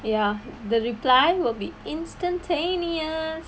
ya the reply will be instantaneous